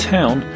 Town